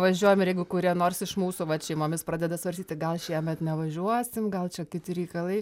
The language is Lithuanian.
važiuojam ir jeigu kurie nors iš mūsų šeimomis pradeda svarstyti gal šiemet nevažiuosim gal čia kiti reikalai